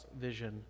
vision